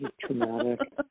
traumatic